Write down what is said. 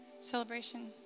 Celebration